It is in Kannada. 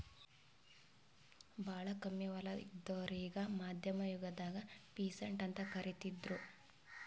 ಭಾಳ್ ಕಮ್ಮಿ ಹೊಲ ಇದ್ದೋರಿಗಾ ಮಧ್ಯಮ್ ಯುಗದಾಗ್ ಪೀಸಂಟ್ ಅಂತ್ ಕರಿತಿದ್ರು